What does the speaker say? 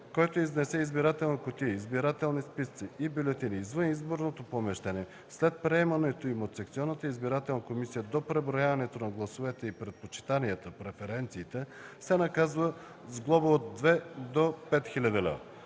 Който изнесе избирателни кутии, избирателни списъци и бюлетини извън изборното помещение след приемането им от секционната избирателна комисия до преброяването на гласовете и предпочитанията (преференциите), се наказва с глоба от 2000 до 5000 лв.